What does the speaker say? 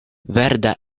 verda